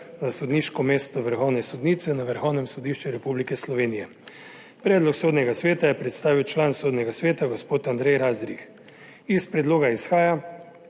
na sodniško mesto vrhovne sodnice na Vrhovnem sodišču Republike Slovenije. Predlog Sodnega sveta je predstavil član Sodnega sveta gospod Andrej Razdrih. Iz predloga izhaja,